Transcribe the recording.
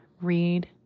read